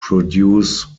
produce